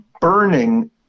burning